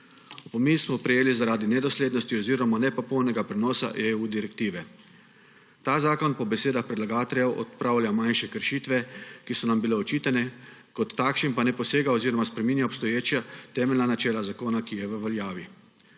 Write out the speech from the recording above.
Opomin smo prejeli zaradi nedoslednosti oziroma nepopolnega prenosa direktive EU. Ta zakon po besedah predlagateljev odpravlja manjše kršitve, ki so nam bil očitane, kot takšen pa ne posega oziroma spreminja obstoječega temeljnega načela zakona, ki je v veljavi.